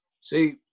See